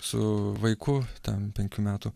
su vaiku ten penkių metų